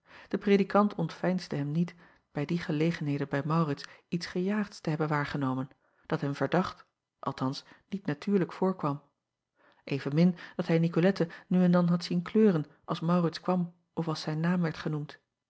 e predikant ontveinsde hem niet bij die gelegenheden bij aurits iets gejaagds te hebben waargenomen dat hem verdacht althans niet natuurlijk voorkwam evenmin dat hij icolette nu en dan had zien kleuren als aurits kwam of als zijn naam werd genoemd